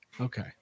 Okay